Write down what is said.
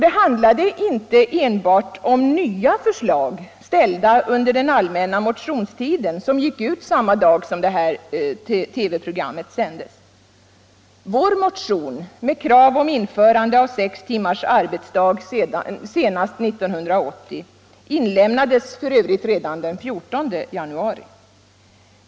Det handlade inte enbart om nya förslag ställda under den allmänna motionstiden, som gick ut samma dag som programmet sändes. Vår motion med krav om införande av sex timmars arbetsdag senast 1980 inlämnades f.ö. redan den 14 januari.